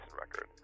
record